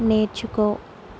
నేర్చుకో